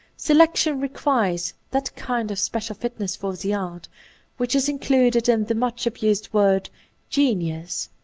selection requires that kind of special fitness for the art which is included in the much abused word genius.